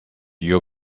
your